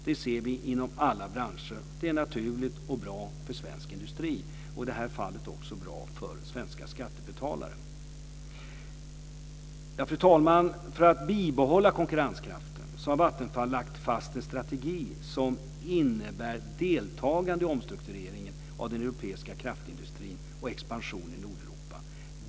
Det ser vi inom alla branscher. Det är naturligt och bra för svensk industri och i det här fallet också för svenska skattebetalare. Fru talman! För att bibehålla konkurrenskraften har Vattenfall lagt fast en strategi som innebär deltagande i omstruktureringen av den europeiska kraftindustrin och expansion i Nordeuropa.